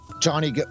johnny